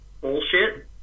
bullshit